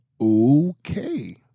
okay